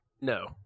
No